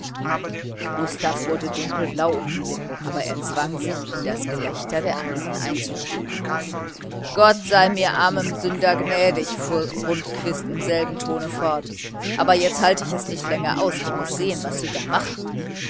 gustav wurde dunkelblau um die lippen aber er zwang sich in das gelächter der andern einzustimmen gott sei mir armem sünder gnädig fuhr rundquist im selben tone fort aber jetzt halte ich es nicht länger aus ich muß sehen was sie da machen